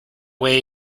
way